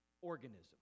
organism